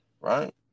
right